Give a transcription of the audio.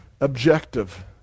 objective